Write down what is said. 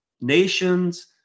nations